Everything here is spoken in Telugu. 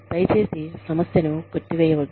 దయచేసి సమస్యను కొట్టివేయవద్దు